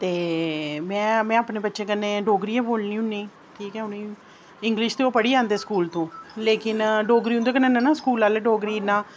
ते में अपने बच्चें कन्नै डोगरी गै बोलनी होन्नी कि के उ''नें इंगलिश ते ओह् पढ़ी आंदे स्कूल तू लेकिन डोगरी उंदे कन्नै नेई ना स्कूल आहले